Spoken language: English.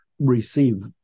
receive